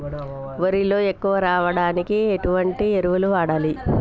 వరిలో ఎక్కువ దిగుబడి రావడానికి ఎటువంటి ఎరువులు వాడాలి?